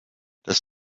das